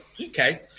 okay